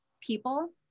people